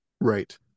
right